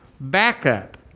backup